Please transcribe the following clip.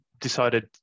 decided